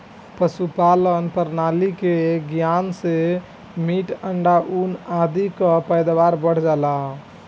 पशुपालन प्रणाली के ज्ञान से मीट, अंडा, ऊन आदि कअ पैदावार बढ़ जाला